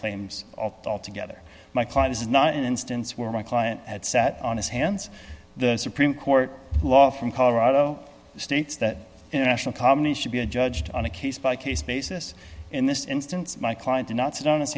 claims all together my client is not an instance where my client had sat on his hands the supreme court law from colorado states that international comment should be judged on a case by case basis in this instance my client did not sit on his